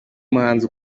muhanzi